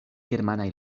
germanaj